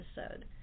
episode